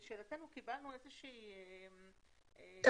לשאלתנו קיבלנו איזושהי טבלה.